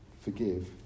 Forgive